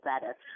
better